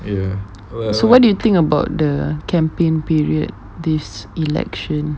ya so what do you think about the campaign period this election